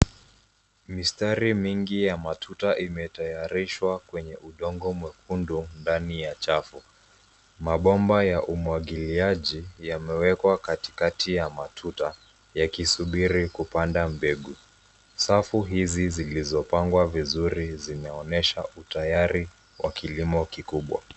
Mistari mingi ya matuta imetayarishwa kwenye udongo mwekundu, ndani ya chafu. Mabomba ya umwagiliaji yamewekwa katikati ya matuta, yakisubiri kupanda mbegu. Safu hizi zilizopangwa vizuri zinaonesha utayari wa kilimo kikubwa.